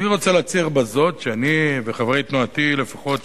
אני רוצה להצהיר בזאת שאני וחברי תנועתי לפחות,